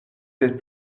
cette